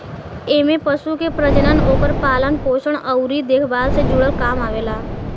एमे पशु के प्रजनन, ओकर पालन पोषण अउरी देखभाल से जुड़ल काम आवेला